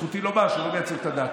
זכותי לומר שהוא לא מייצג את הדת.